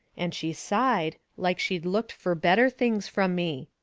and she sighed, like she'd looked fur better things from me.